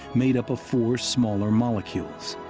made up of four smaller molecules,